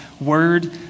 word